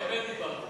אמת דיברת.